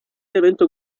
evento